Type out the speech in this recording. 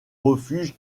refuge